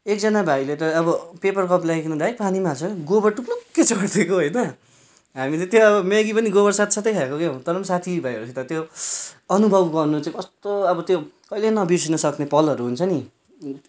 एकजाना भाइले त अब पेपर कप ल्याइकन त है पानीमा हाल्छ गोबर टुप्लुक्कै छोडदिएको होइन हामी त त्यो अब म्यागी पनि गोबर साथसाथै खाएको क्या तर पनि साथीभाइहरूसित त्यो अनुभव गर्नु चाहिँ कस्तो अब त्यो अब कहिले बिर्सिनु नसक्ने पलहरू हुन्छ नि